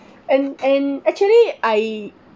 and and actually I